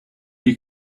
you